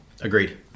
agreed